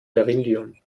beryllium